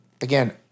again